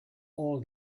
all